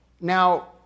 Now